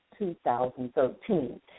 2013